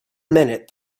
minute